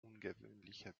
ungewöhnliche